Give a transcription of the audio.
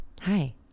Hi